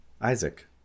Isaac